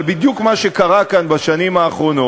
אבל מה שקרה כאן בדיוק בשנים האחרונות,